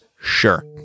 Sure